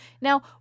Now